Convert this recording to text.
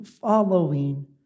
following